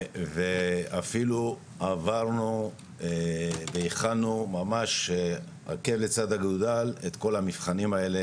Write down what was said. ואפילו עברנו והכנו ממש עקב בצד אגודל את כל המבחנים האלה,